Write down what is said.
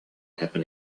happen